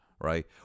Right